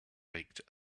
baked